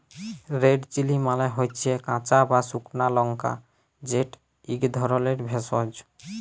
red chilli মালে হচ্যে কাঁচা বা সুকনা লংকা যেট ইক ধরলের ভেষজ